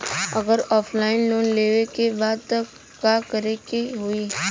अगर offline loan लेवे के बा त का करे के होयी?